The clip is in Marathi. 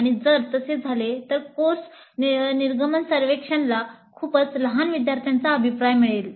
आणि जर तसे झाले तर कोर्स निर्गमन सर्वेक्षणला खूपच लहान विद्यार्थ्यांचा अभिप्राय मिळेल